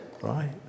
Right